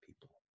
people